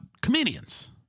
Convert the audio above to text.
comedians